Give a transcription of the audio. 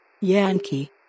yankee